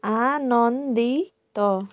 ଆନନ୍ଦିତ